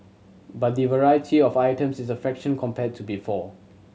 but the variety of items is a fraction compared to before